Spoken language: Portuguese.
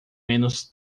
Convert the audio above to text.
menos